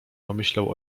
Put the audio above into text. pomyślał